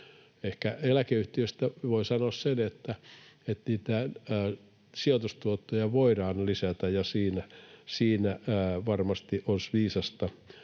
Ehkä eläkeyhtiöistä voi sanoa sen, että niitten sijoitustuottoja voidaan lisätä. Siinä varmasti olisi viisasta